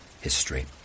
history